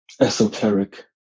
esoteric